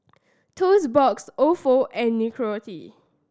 Toast Box Ofo and Nicorette